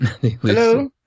Hello